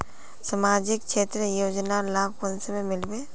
सामाजिक क्षेत्र योजनार लाभ कुंसम मिलबे?